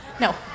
No